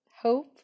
Hope